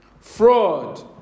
fraud